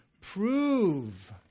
Prove